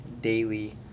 daily